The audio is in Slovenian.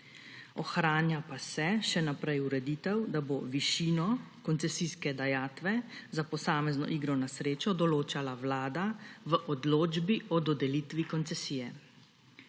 Še naprej se ohranja ureditev, da bo višino koncesijske dajatve za posamezno igro na srečo določala Vlada v odločbi o dodelitvi koncesije.